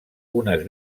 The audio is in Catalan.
unes